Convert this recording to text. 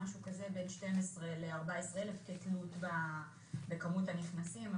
בין 12,000 ל-14,000 כתלות בכמות הנכנסים.